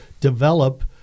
develop